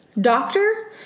Doctor